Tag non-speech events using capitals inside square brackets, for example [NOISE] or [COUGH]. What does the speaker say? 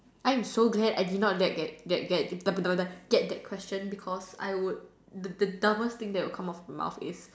I am so glad I did not that get that get [NOISE] get that question because I would the dumbest thing that will come out from my mouth is